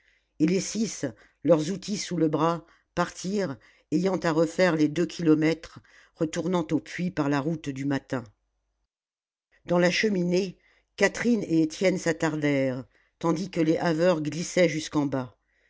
et les six leurs outils sous le bras partirent ayant à refaire les deux kilomètres retournant au puits par la route du matin dans la cheminée catherine et étienne s'attardèrent tandis que les haveurs glissaient jusqu'en bas